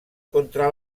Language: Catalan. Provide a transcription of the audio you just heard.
contra